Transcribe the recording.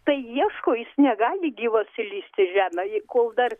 tai ieško jis negali gyvas įlįsti į žemę kol dar